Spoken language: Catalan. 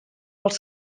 als